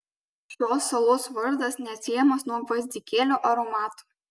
šios salos vardas neatsiejamas nuo gvazdikėlių aromato